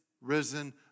risen